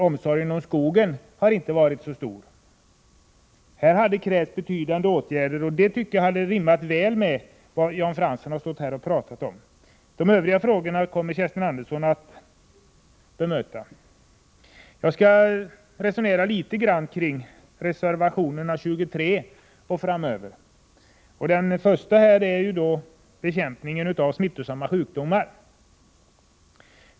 Omsorgen om skogen har inte varit så stor. Här hade det krävts betydande åtgärder. Det tycker jag hade rimmat väl med vad Jan Fransson här talat om. De övriga frågorna kommer Kerstin Andersson att bemöta. Jag skall resonera litet kring reservationerna 23 och framåt. Den första jag tar upp gäller bekämpningen av smittosamma sjukdomar.